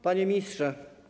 Panie Ministrze!